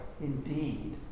indeed